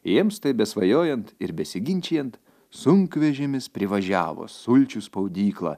jiems taip besvajojant ir besiginčijant sunkvežimis privažiavo sulčių spaudyklą